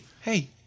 hey